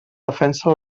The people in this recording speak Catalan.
defensa